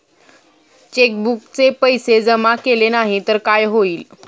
चेकबुकचे पैसे जमा केले नाही तर काय होईल?